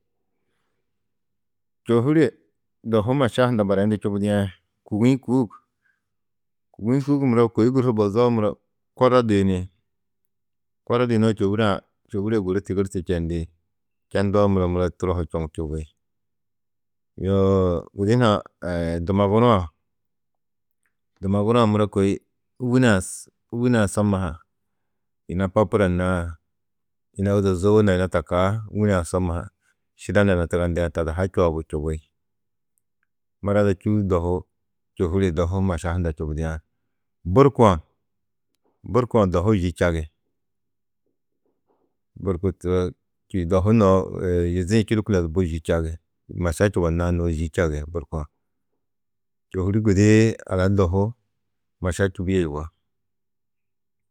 Čôhure dohu maša hunda barayundu čubudiã, kûgiikuuk, kûgiikuuk muro kôi guru hu bozoo muro, korro duyini, korro duyunoo čôhure-ã, čôhure guru tigurtu čendi, čendoo muro, muro turo ho čoŋu čubi, yoo gudi hunã dumaguru-ã, dumaguru-ã muro kôi wûne-ã somma ha yina popura naa, yina ôdozoo na yina to kua šidena na tigandiã tada ha čoobu čubi, mura ada čû čôhure dohu maša hunda čubudiã. Burku-ã burku-ã dohu yî čagi, burku turo čî dohu noo yizi-ĩ čûlukunodi bu yî čagi, maša čubonãá noo yî čagi, čôhuri gudi ada du dohu maša čubîe yugó.